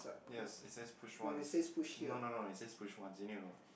yes it says push once no no no it says push once you need know